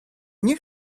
nie